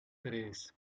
tres